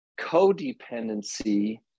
Codependency